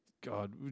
God